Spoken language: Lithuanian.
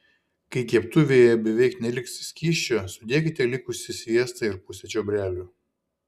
kai keptuvėje beveik neliks skysčio sudėkite likusį sviestą ir pusę čiobrelių